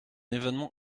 événement